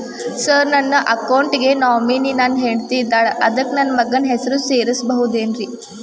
Sir ನನ್ನ account ಗೆ nominee ನನ್ನ ಹೆಂಡ್ತಿ ಇದ್ದಾಳ ಅದಕ್ಕ ನನ್ನ ಮಗನ ಹೆಸರು ಸೇರಸಬಹುದೇನ್ರಿ?